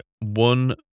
one